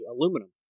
aluminum